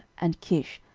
and kish,